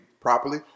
Properly